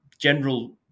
general